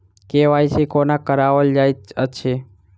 KYC कोना कराओल जाइत अछि?